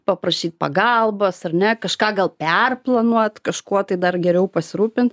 paprašyt pagalbos ar ne kažką gal perplanuot kažkuo tai dar geriau pasirūpint